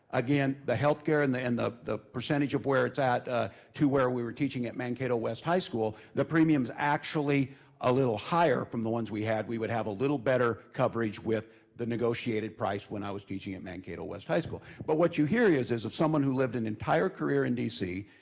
again the healthcare and the and the percentage of where it's at ah to where we were teaching at mankato west high school, the premiums actually a little higher from the ones we had, we would have a little better coverage with the negotiated price when i was teaching at mankato west high school. but what you hear is is if someone who lived an entire career in d c,